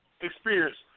experience